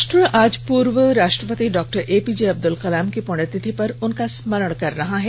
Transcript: राष्ट्र आज पूर्व राष्ट्रपति doctor A P J Abdul Kalam की पुण्यतिथि पर उनका स्मरण कर रहा है